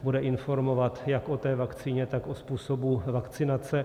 Bude informovat jak o té vakcíně, tak o způsobu vakcinace.